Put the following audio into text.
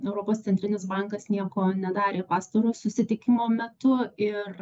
europos centrinis bankas nieko nedarė pastaro susitikimo metu ir